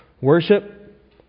worship